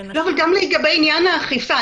לנשים --- גם לגבי עניין האכיפה,